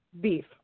beef